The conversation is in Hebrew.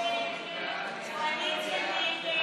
הצעת סיעת ישראל ביתנו להביע